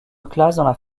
classent